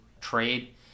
trade